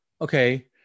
okay